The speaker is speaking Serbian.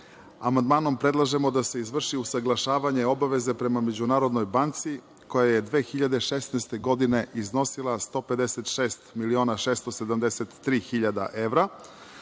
Amandmanom predlažemo da se izvrši usaglašavanje obaveza prema Međunarodnoj banci koja je 2016. godine iznosila 156 miliona 673 hiljade evra,